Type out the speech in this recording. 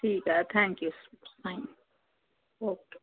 ठीकु आहे thank U okay